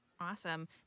Awesome